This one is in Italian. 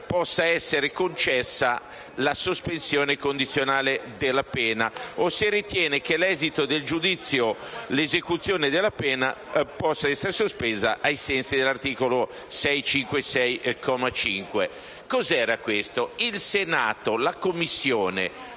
possa essere concessa la sospensione condizionale della pena o se ritiene che all'esito del giudizio l'esecuzione della pena possa essere sospesa ai sensi dell'articolo 656, comma 5». Cosa si diceva? La Commissione